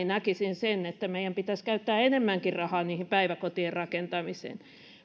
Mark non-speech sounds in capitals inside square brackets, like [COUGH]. [UNINTELLIGIBLE] näkisin sen että meidän pitäisi käyttää enemmänkin rahaa päiväkotien rakentamiseen